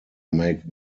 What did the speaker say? make